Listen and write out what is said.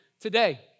today